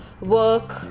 work